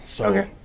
Okay